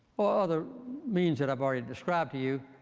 or other means that i've already described to you,